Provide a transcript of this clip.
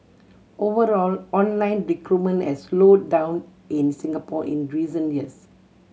overall online recruitment has slowed down in Singapore in recent years